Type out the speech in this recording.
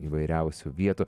įvairiausių vietų